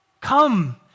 Come